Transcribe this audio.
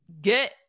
get